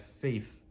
faith